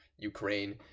Ukraine